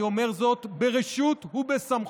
אני אומר זאת ברשות ובסמכות,